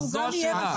זו השאלה.